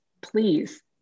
Please